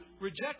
reject